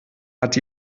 hat